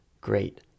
great